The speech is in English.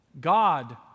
God